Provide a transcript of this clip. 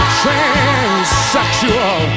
transsexual